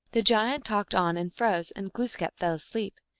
the giant talked on and froze, and glooskap fell asleep.